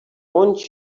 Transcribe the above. want